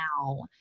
now